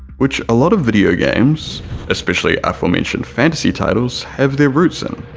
which a lot of video games especially aforementioned fantasy titles have their roots in.